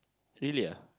really ah